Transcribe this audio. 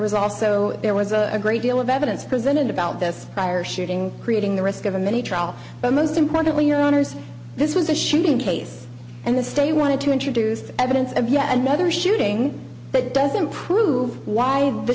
was also there was a great deal of evidence presented about this fire shooting creating the risk of a mini trial but most importantly your honour's this was a shooting case and the state you wanted to introduce evidence of yet another shooting that doesn't prove why the